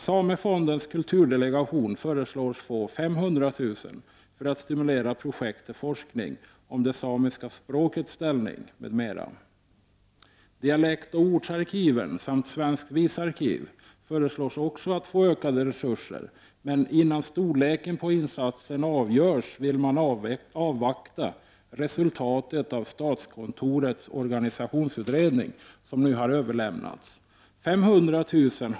Samefondens kulturdelegation föreslås få 500 000 kr. för att stimulera projekt till forskning om det samiska språkets ställning m.m. Dialektoch ortsarkiven samt svenskt visarkiv DOVA föreslås också få ökade resurser. Innan storleken på insatsen avgörs vill man dock avvakta resultatet av statskontorets organisationsutredning, som nu har överlämnats. 500 000 kr.